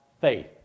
faith